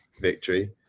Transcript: victory